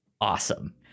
awesome